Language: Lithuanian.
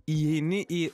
įeini į